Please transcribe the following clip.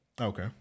Okay